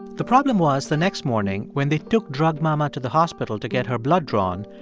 the problem was the next morning when they took drug mama to the hospital to get her blood drawn,